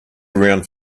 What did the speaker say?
around